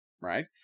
right